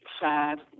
sad